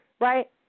Right